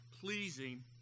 pleasing